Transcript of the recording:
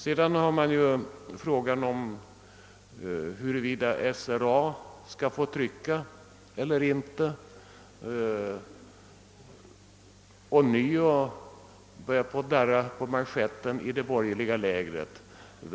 Vidare har vi att ta ställning till frågan, huruvida SRA:s tryckeri skall få delta i detta samarbete eller inte. Då börjar man i det borgerliga lägret ånyo darra på manschetten.